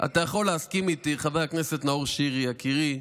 אתה יכול להסכים איתי, חבר הכנסת נאור שירי יקירי,